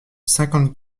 cinquante